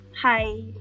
Hi